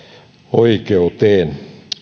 oikeuteen